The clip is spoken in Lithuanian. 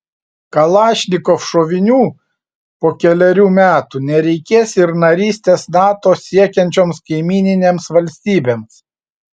kalašnikov šovinių po kelerių metų nereikės ir narystės nato siekiančioms kaimyninėms valstybėms